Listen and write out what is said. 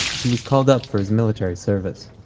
he was called up for his military service.